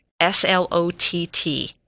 S-L-O-T-T